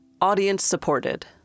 audience-supported